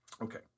Okay